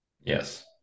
Yes